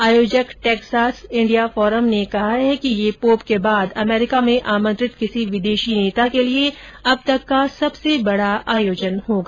आयोजक Texas India forum ने कहा है कि यह पोप के बाद अमरीका में आमंत्रित किसी विदेशी नेता के लिए अब तक का सबसे बड़ा आयोजन होगा